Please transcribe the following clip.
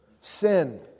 sin